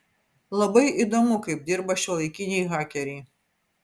labai įdomu kaip dirba šiuolaikiniai hakeriai